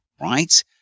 right